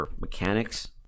mechanics